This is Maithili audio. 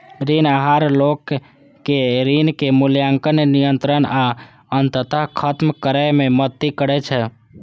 ऋण आहार लोग कें ऋणक मूल्यांकन, नियंत्रण आ अंततः खत्म करै मे मदति करै छै